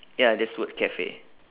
ya that's word cafe